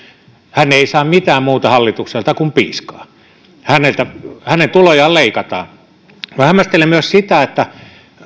hän ei saa hallitukselta mitään muuta kuin piiskaa hänen tulojaan leikataan hämmästelen myös sitä